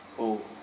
oh